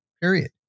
period